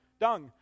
dung